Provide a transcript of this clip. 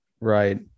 right